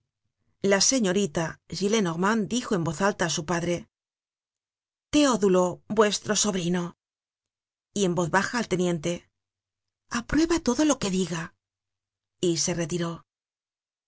la señorita gillenormand dijo en voz alta á su padre teodulo vuestro sobrino y en voz baja al teniente aprueba todo lo que diga y se retiró